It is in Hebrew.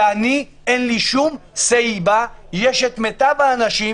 שלי אין שום say בה, יש את מיטב האנשים.